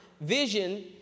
vision